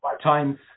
times